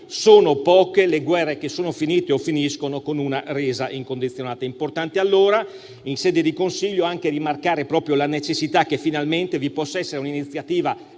sono poche le guerre che sono finite o che finiscono con una resa incondizionata. È importante allora, in sede di Consiglio, rimarcare la necessità che finalmente vi possa essere un'iniziativa